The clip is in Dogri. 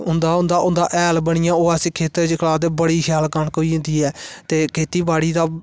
उंदा हैल बनी जा ओह् अस खेतरे च बडी़ शैल कनक होई जंदी ऐ ते खेती बाडी़ करना बडा़